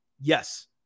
yes